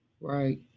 right